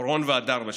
אורון והדר בשבי?